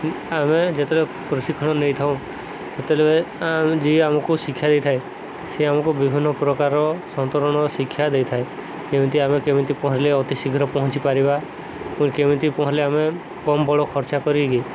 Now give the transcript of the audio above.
ଆମେ ଯେତେବେଳେ ପ୍ରଶିକ୍ଷଣ ନେଇଥାଉଁ ସେତେବେଳେ ଯିଏ ଆମକୁ ଶିକ୍ଷା ଦେଇଥାଏ ସିଏ ଆମକୁ ବିଭିନ୍ନ ପ୍ରକାର ସନ୍ତରଣର ଶିକ୍ଷା ଦେଇଥାଏ ଯେମିତି ଆମେ କେମିତି ପହଁରିଲେ ଅତି ଶୀଘ୍ର ପହଞ୍ଚି ପାରିବା ଏବଂ କେମିତି ପହଁରିଲେ ଆମେ କମ୍ ବଳ ଖର୍ଚ୍ଚ କରିକି